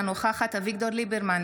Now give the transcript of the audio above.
אינה נוכחת אביגדור ליברמן,